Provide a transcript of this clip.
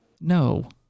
No